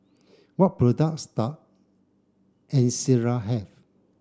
what products Ezerra have